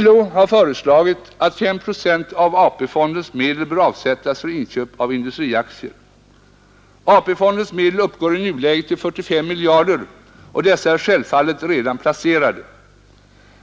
LO har föreslagit att 5 procent av AP-fondens medel skall avsättas för inköp av industriaktier. AP-fondens medel uppgår i nuläget till 45 miljarder, och dessa är självfallet redan placerade.